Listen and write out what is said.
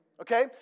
okay